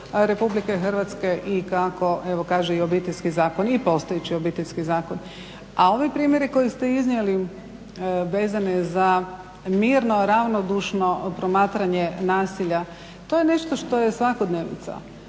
Republike Hrvatske i kako evo kaže obiteljski zakon i postojeći obiteljski zakon. A ovi primjeri koje ste iznijeli vezane za mirno, ravnodušno promatranje nasilja, to je nešto što je svakodnevica.